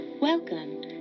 Welcome